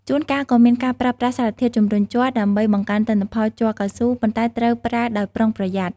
ជួនកាលក៏មានការប្រើប្រាស់សារធាតុជំរុញជ័រ ដើម្បីបង្កើនទិន្នផលជ័រកៅស៊ូ ប៉ុន្តែត្រូវប្រើដោយប្រុងប្រយ័ត្ន។